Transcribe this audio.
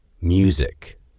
Music